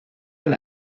ein